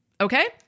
Okay